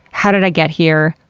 how did i get here?